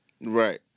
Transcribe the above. Right